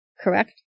Correct